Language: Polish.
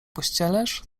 pościelesz